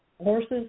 horses